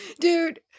dude